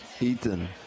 Ethan